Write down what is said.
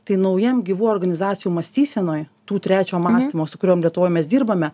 tai naujam gyvų organizacijų mąstysenoje tų trečio mąstymo su kuriom lietuvoj mes dirbame